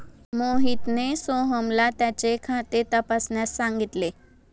मोहितने सोहनला त्याचे खाते तपासण्यास सांगितले